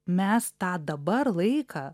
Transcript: mes tą dabar laiką